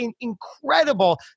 incredible